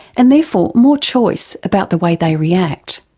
and therefore more choice about the way they react.